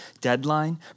deadline